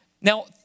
Now